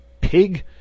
pig